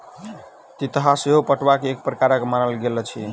तितहा सेहो पटुआ के एक प्रकार मानल गेल अछि